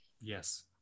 Yes